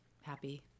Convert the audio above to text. happy